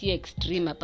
extreme